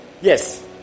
Yes